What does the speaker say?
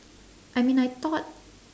I mean I thought